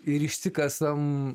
ir išsikasam